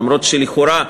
אף שלכאורה,